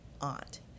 aunt